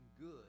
good